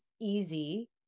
easy